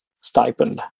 stipend